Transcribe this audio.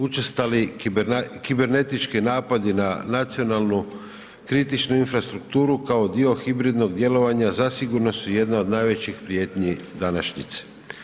Učestali kibernetički napadi na nacionalnu kritičnu infrastrukturu kao dio hibridnog djelovanja zasigurno su jedna od najvećih prijetnji današnjice.